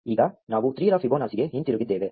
ಈಗ ನಾವು 3 ರ ಫಿಬೊನಾಸಿಗೆ ಹಿಂತಿರುಗಿದ್ದೇವೆ